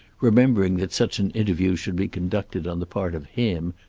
remembering that such an interview should be conducted on the part of him,